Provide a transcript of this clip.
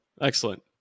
Excellent